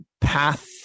path